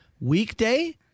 Weekday